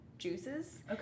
juices